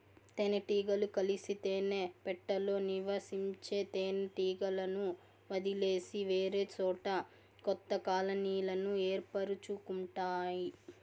తేనె టీగలు కలిసి తేనె పెట్టలో నివసించే తేనె టీగలను వదిలేసి వేరేసోట కొత్త కాలనీలను ఏర్పరుచుకుంటాయి